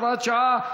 הוראת שעה),